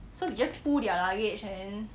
so you just pull their luggage and then